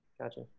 Gotcha